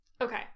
okay